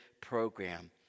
program